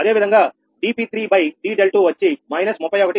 అదేవిధంగా dp3 d∂2 వచ్చి−31